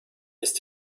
ist